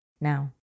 Now